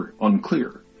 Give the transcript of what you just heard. unclear